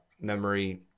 memory